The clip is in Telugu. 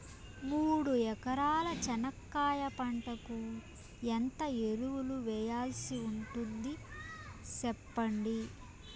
మూడు ఎకరాల చెనక్కాయ పంటకు ఎంత ఎరువులు వేయాల్సి ఉంటుంది సెప్పండి?